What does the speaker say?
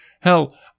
Hell